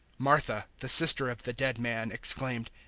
martha, the sister of the dead man, exclaimed,